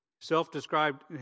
Self-described